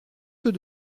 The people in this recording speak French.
ceux